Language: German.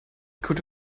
gute